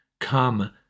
come